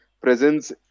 presence